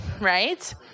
right